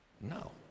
no